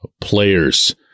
players